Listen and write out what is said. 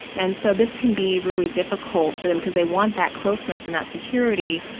and so this can be really difficult for them because they want that closeness and that security,